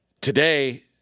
today